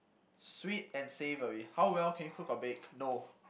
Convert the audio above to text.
sweet and savoury how well can you cook or bake no